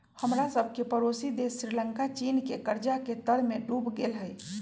हमरा सभके पड़ोसी देश श्रीलंका चीन के कर्जा के तरमें डूब गेल हइ